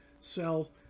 sell